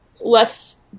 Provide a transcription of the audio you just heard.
less